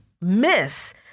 miss